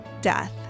death